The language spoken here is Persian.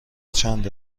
چند